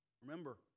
remember